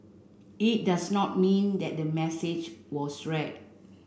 it does not mean that the message was read